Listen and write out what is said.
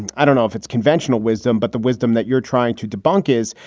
and i don't know if it's conventional wisdom, but the wisdom that you're trying to debunk is.